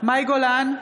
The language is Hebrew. מאי גולן,